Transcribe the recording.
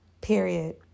period